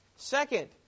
Second